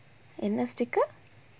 sticker